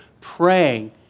praying